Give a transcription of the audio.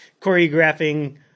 choreographing